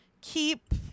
Keep